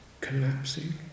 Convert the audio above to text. collapsing